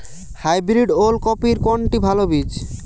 Hybrid ওল কপির কোনটি ভালো বীজ?